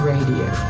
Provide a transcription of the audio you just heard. Radio